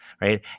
right